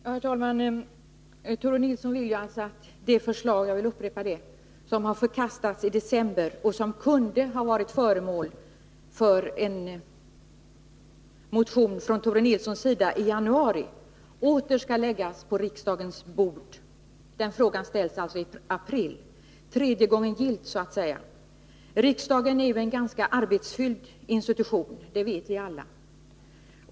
Herr talman! Tore Nilsson vill alltså — jag upprepar det — att det förslag som förkastades i december och som kunde ha varit föremål för en motion från Tore Nilssons sida i januari åter skall läggas på riksdagens bord. En fråga om detta ställer han alltså nu i april— tredje gången gillt, så att säga. Riksdagen är en institution som är ganska arbetstyngd, det vet vi alla.